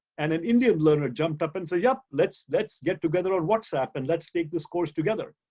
and an indian learner jumped up and say yup, let's let's get together on whatsapp and let's take this course together.